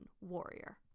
warrior